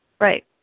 Right